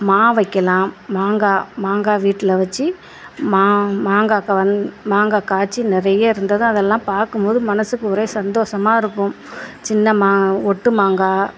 மா வைக்கலாம் மாங்காய் மாங்காய் வீட்டில் வச்சு மா மாங்காக்கு வந்து மாங்காய் காய்ச்சி நிறையா இருந்து அதெல்லாம் பார்க்கும் போது மனசுக்கு ஒரே சந்தோசமாக இருக்கும் சின்ன மாங்கா ஒட்டு மாங்கா